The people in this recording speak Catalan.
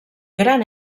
gran